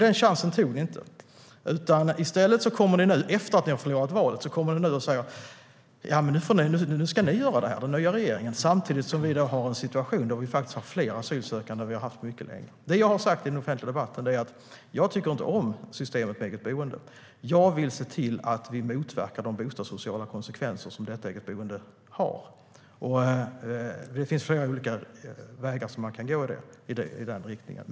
Den chansen tog ni inte. I stället kommer ni nu, efter att ni har förlorat valet, och säger: Ja, men nu ska den nya regeringen göra det här. Samtidigt har vi en situation där vi faktiskt har fler asylsökande än vi haft på mycket länge. Det jag har sagt i den offentliga debatten är att jag inte tycker om systemet med eget boende. Jag vill se till att vi motverkar de bostadssociala konsekvenser som eget boende har. Det finns flera olika vägar som man kan gå i den riktningen.